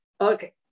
okay